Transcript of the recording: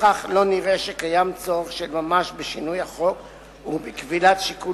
לפיכך לא נראה שקיים צורך של ממש בשינוי החוק ובכבילת שיקול